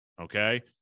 Okay